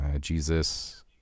Jesus